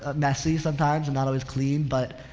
ah messy sometimes and not always clean but,